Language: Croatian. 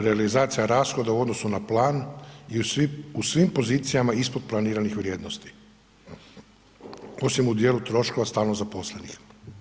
Realizacija rashoda u odnosu na plan je u svim pozicijama ispod planiranih vrijednosti, osim u dijelu troškova stalno zaposlenih.